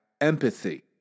empathy